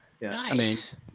Nice